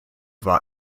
war